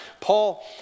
Paul